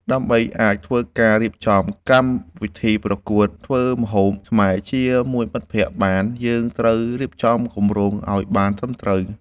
ដើម្បីអាចធ្វើការរៀបចំកម្មវិធីប្រកួតធ្វើម្ហូបខ្មែរជាមួយមិត្តភក្តិបាន យើងត្រូវរៀបចំគម្រោងឲ្យបានត្រឹមត្រូវ។